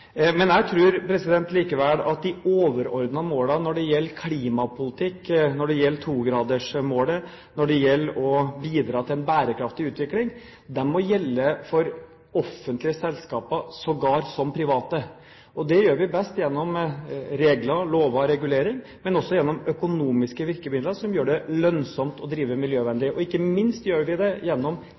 Men jeg tror likevel at de overordnete målene når det gjelder klimapolitikk, når det gjelder 2-gradersmålet og når det gjelder å bidra til en bærekraftig utvikling, må gjelde for offentlige selskaper, så vel som for private. Det gjør vi best gjennom regler, lover og regulering, men også gjennom økonomiske virkemidler som gjør det lønnsomt å drive miljøvennlig. Og ikke minst gjør vi det gjennom